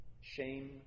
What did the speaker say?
Shame